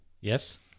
Yes